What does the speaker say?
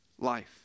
life